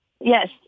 Yes